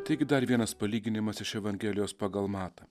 taigi dar vienas palyginimas iš evangelijos pagal matą